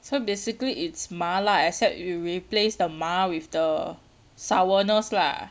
so basically it's mala except you replace the 麻 with the sourness lah